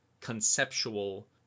conceptual